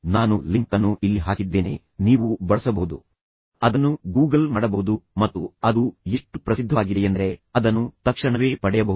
ನಾನು ಲಿಂಕ್ ಅನ್ನು ಇಲ್ಲಿ ಹಾಕಿದ್ದೇನೆ ನೀವು ಲಿಂಕ್ ಅನ್ನು ಸಹ ಬಳಸಬಹುದು ಆದರೆ ನೀವು ಅದನ್ನು ಗೂಗಲ್ ಮಾಡಬಹುದು ಮತ್ತು ಅದು ಎಷ್ಟು ಪ್ರಸಿದ್ಧವಾಗಿದೆಯೆಂದರೆ ನೀವು ಅದನ್ನು ತಕ್ಷಣವೇ ಪಡೆಯಬಹುದು